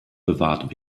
bewahrt